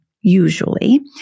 usually